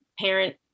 parent